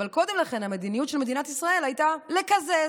אבל קודם לכן המדיניות של מדינת ישראל הייתה לקזז.